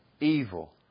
evil